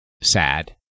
sad